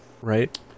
Right